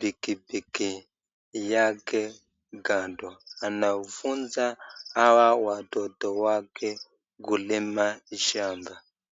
pikipiki yake kando. Anawafunza hawa watoto wake kulima shamba.